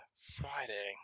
Friday